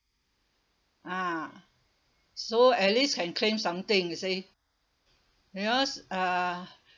ah so at least can claim something you see because uh